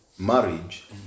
marriage